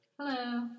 Hello